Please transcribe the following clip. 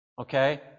okay